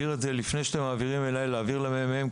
לפני שאתם מעבירים אליי להעביר את זה לממ"מ,